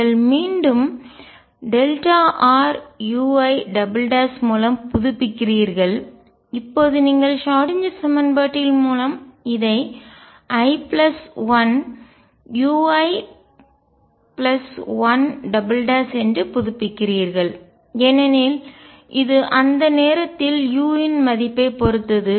நீங்கள் மீண்டும் rui மூலம் புதுப்பிக்கிறீர்கள் இப்போது நீங்கள் ஷ்ராடின்ஜெர் சமன்பாட்டி ன் மூலம் இதை i 1 ui1 என்று புதுப்பிக்கிறீர்கள் ஏனெனில் இது அந்த நேரத்தில் u இன் மதிப்பைப் பொறுத்தது